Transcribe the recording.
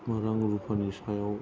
रां रुफानि सायाव